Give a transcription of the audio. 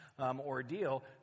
ordeal